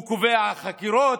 הוא קובע חקירות,